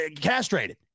castrated